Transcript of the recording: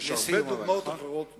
ועדיין היו איים של נציגי מפלגות אחרות,